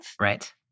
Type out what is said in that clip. Right